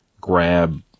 grab